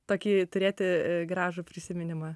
tokį turėti gražų prisiminimą